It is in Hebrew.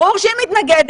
ברור שהיא מתנגדת,